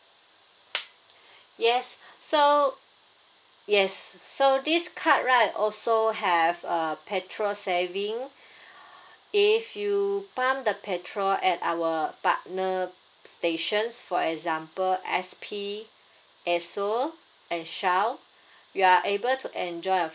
yes so yes so this card right also have uh petrol saving if you pump the petrol at our partner's stations for example S_P Esso and Shell you are able to enjoy a